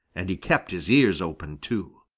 and he kept his ears open too.